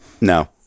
No